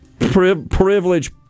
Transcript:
Privilege